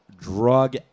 drug